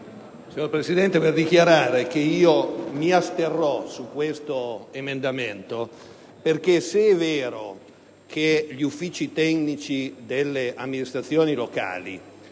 Signor Presidente, vorrei dichiarare che mi asterrò dalla votazione su questo emendamento perché, se è vero che gli uffici tecnici delle amministrazioni locali